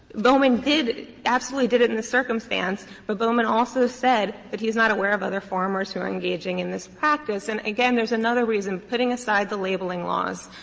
bowman did, absolutely did it in this circumstance. but bowman also said that he is not aware of other farmers who are engaging in this practice. and again, there is another reason. putting aside the labeling laws,